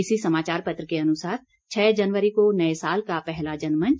इसी समाचार पत्र के अनुसार छह जनवरी को नए साल का पहला जनमंच